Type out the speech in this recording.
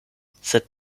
sed